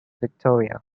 victoria